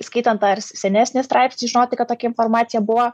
skaitant tą ir senesnį straipsnį žinoti kad tokia informacija buvo